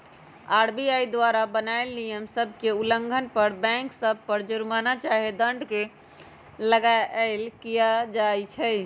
RBI द्वारा बनाएल नियम सभ के उल्लंघन पर बैंक सभ पर जुरमना चाहे दंड लगाएल किया जाइ छइ